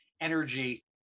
energy